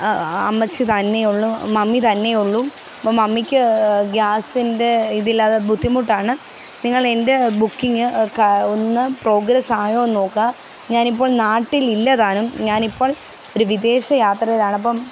അമ്മച്ചി തനിയെ ഉള്ളൂ മമ്മി തന്നെയുള്ളൂ അപ്പം മമ്മിക്ക് ഗ്യാസിൻ്റെ ഇതില്ലാതെ ബുദ്ധിമുട്ടാണ് നിങ്ങള് എൻ്റെ ബുക്കിംഗ് ക ഒന്ന് പ്രോഗ്രസായോയെന്ന് നോക്കുക ഞാനിപ്പോള് നാട്ടില് ഇല്ലതാനും ഞാനിപ്പോള് ഒരു വിദേശയാത്രയിലാണ് അപ്പോ